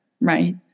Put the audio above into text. Right